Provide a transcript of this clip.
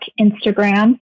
Instagram